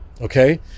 okay